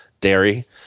dairy